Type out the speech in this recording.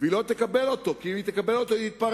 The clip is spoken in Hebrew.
היא לא תקבל אותו, כי אם היא תקבל אותו היא תתפרק.